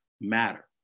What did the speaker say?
matter